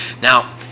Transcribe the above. Now